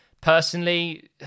Personally